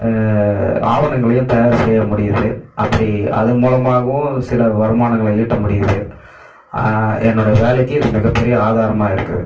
ஆவணங்களையும் தயார் செய்ய முடியுது அப்படி அது மூலமாகவும் சில வருமானங்களை ஈட்ட முடியுது என்னுடைய வேலைக்கு இது மிக பெரிய ஆதாரமாக இருக்குது